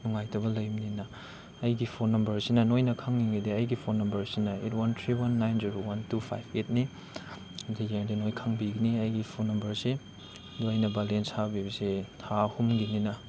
ꯅꯨꯡꯉꯥꯏꯇꯕ ꯂꯩꯕꯅꯤꯅ ꯑꯩꯒꯤ ꯐꯣꯟ ꯅꯝꯕꯔꯁꯤꯅ ꯅꯣꯏꯅ ꯈꯪꯅꯤꯡꯂꯗꯤ ꯑꯩꯒꯤ ꯐꯣꯟ ꯅꯝꯕꯦꯔꯁꯤꯅ eight one three one nine zero one two five ꯑꯩꯠꯅꯤ ꯁꯤꯗ ꯌꯦꯡꯂꯗꯤ ꯂꯣꯏꯅ ꯈꯪꯕꯤꯒꯅꯤ ꯑꯩꯒꯤ ꯐꯣꯟ ꯅꯝꯕꯔꯁꯤ ꯑꯗꯨ ꯑꯩꯅ ꯕꯦꯂꯦꯟꯁ ꯍꯥꯞꯂꯤꯕꯁꯤ ꯊꯥ ꯑꯍꯨꯝꯒꯤꯅꯤꯅ